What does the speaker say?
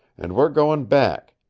and we're going back.